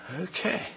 Okay